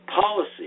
policy